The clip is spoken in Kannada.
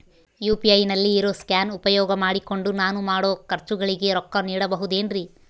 ಯು.ಪಿ.ಐ ನಲ್ಲಿ ಇರೋ ಸ್ಕ್ಯಾನ್ ಉಪಯೋಗ ಮಾಡಿಕೊಂಡು ನಾನು ಮಾಡೋ ಖರ್ಚುಗಳಿಗೆ ರೊಕ್ಕ ನೇಡಬಹುದೇನ್ರಿ?